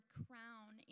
crown